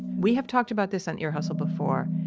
we have talked about this on ear hustle before.